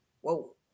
whoa